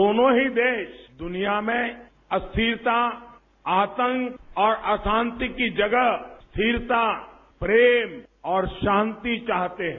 दोनो की देश दुनिया में अस्थिरता आतंक और अशांति की जगह स्थिरता प्रेम और शांति चाहते हैं